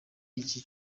iki